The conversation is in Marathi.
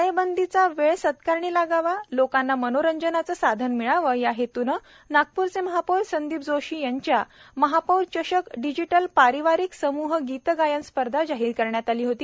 टाळेबंदीचचा वेळ सत्कारणी लागावा लोकांना मनोरंजनाचे साधन मिळावे या हेतूने नागपुरचे महापौर संदीप जोशी यांच्या महापौर चषक डिजिटल पारिवारिक समूह गीतगायन स्पर्धा जाहीर करण्यात आली होती